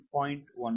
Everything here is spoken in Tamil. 15 ஆகும்